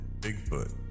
Bigfoot